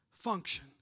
function